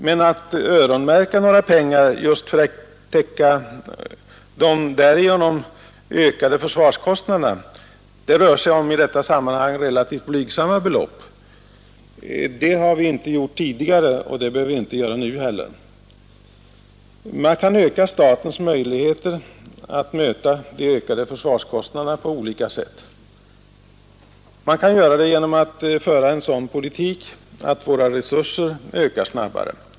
Men att öronmärka några pengar just för att täcka de därigenom ökade försvarskostnaderna — det rör sig i detta sammanhang om relativt blygsamma belopp — har vi inte gjort tidigare, och det behöver vi inte göra nu heller. Man kan öka statens möjligheter att möta de ökade försvarskostnaderna på olika sätt. Man kan göra det genom att föra en sådan politik att våra resurser ökar snabbare.